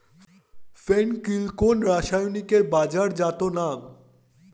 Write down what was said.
ফেন কিল কোন রাসায়নিকের বাজারজাত নাম?